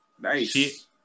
Nice